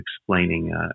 explaining